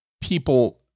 people